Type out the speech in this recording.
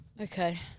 Okay